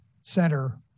center